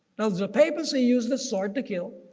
now the papacy used the sword to kill,